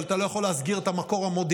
אבל אתה לא יכול להסגיר את המקור המודיעיני,